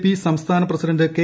P സംസ്ഥാന president K